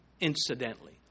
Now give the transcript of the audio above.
incidentally